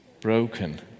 broken